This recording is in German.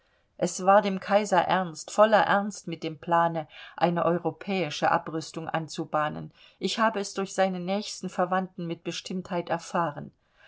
es war dem kaiser ernst voller ernst mit dem plane eine europäische abrüstung anzubahnen ich habe es durch seine nächsten verwandten mit bestimmtheit erfahren